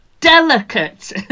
Delicate